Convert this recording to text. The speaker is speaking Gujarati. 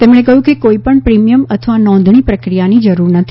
તેમણે કહ્યું કે કોઇ પણ પ્રિમીયમ અથવા નોંધણી પ્રક્રિયાની જરૂર નથી